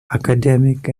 academic